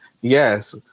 yes